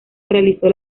realizó